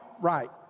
Right